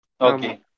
Okay